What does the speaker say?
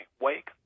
Wake